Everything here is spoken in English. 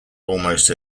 almost